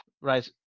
Right